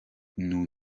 nous